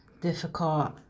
difficult